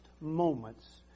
moments